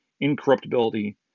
incorruptibility